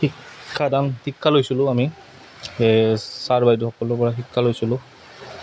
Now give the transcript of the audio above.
শিক্ষাদান শিক্ষা লৈছিলোঁ আমি ছাৰ বাইদেউসকলৰ পৰা শিক্ষা লৈছিলোঁ